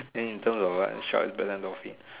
and in terms of what short is better no fit